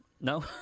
No